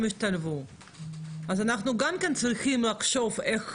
ישתלבו אז אנחנו גם כן צריכים לחשוב איך